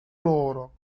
loro